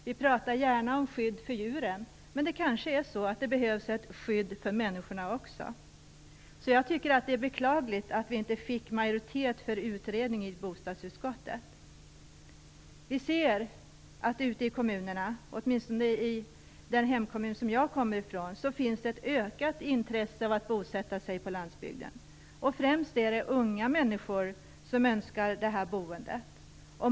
Vi pratar gärna om skydd för djuren, men det kanske behövs ett skydd för människorna också. Jag tycker att det är beklagligt att vi inte fick majoritet för en utredning i bostadsutskottet. Vi ser att det ute i kommunerna, åtminstone i min hemkommun, finns ett ökat intresse av att bosätta sig på landsbygden. Det är främst unga människor som önskar det här boendet.